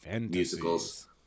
musicals